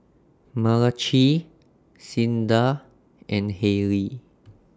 Malachi Cinda and Haylie